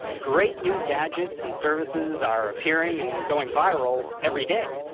great new gadgets and services are appearing and going viral every day.